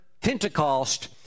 Pentecost